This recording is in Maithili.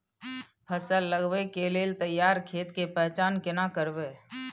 फसल लगबै के लेल तैयार खेत के पहचान केना करबै?